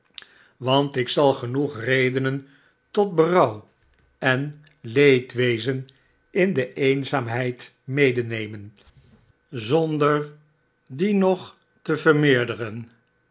want ik zal genoeg redenen tot berouw en leedwezen in de eenzaamheid medenemen zonder die nog te vermeerderen